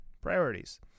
Priorities